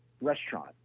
restaurant